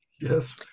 Yes